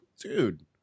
dude